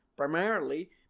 primarily